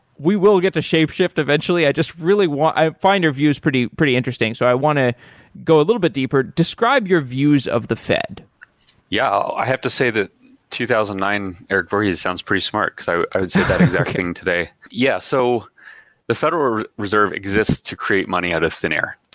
we will get the shapeshift eventually. i just really want i find your views pretty pretty interesting, so i want to go a little bit deeper. describe your views of the fed yeah. i have to say the two thousand and nine erik voorhees sounds pretty smart, because i would say that exact thing today. yes. so the federal reserve exists to create money out of thin air,